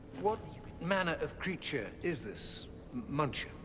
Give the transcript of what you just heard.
what manner of creature is this muncher?